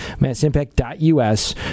massimpact.us